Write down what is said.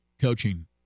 coaching